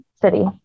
city